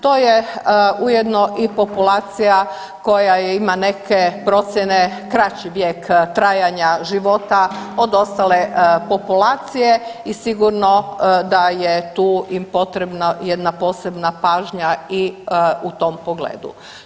To je ujedno i populacija koja ima neke procjene kraći vijek trajanja života od ostale populacije i sigurno da je tu im potrebna jedna posebna pažnja i u tom pogledu.